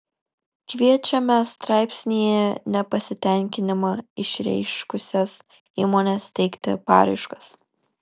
kviečiame straipsnyje nepasitenkinimą išreiškusias įmones teikti paraiškas